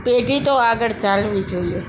પેઢી તો આગળ ચાલવી જોઇએ